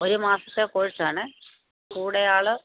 ഒരു മാസത്തെ കോഴ്സാണ് കൂടെയാൾ